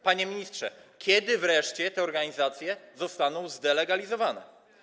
Panie ministrze, kiedy wreszcie te organizacje zostaną zdelegalizowane?